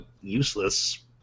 useless